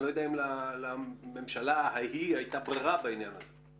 אני לא יודע אם לממשלה ההיא הייתה ברירה בעניין הזה.